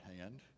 hand